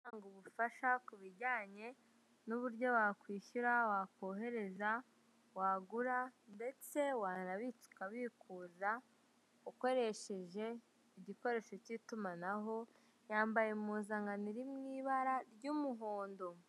Utanga ubufasha ku bijyanye n'uburyo wakwishyura, wakohereza, wagura ndetse wanabika, ukabikuza ukoresheje igikoresho cy'itumanaho, yambaye impuzankano iri mu ibara ry'umuhondo.